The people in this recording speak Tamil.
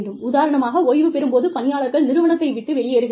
உதாரணமாக ஓய்வு பெறும் போது பணியாளர்கள் நிறுவனத்தை விட்டு வெளியேறுகிறார்கள்